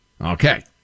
Okay